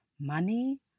money